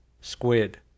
squid